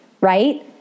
right